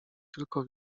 tylko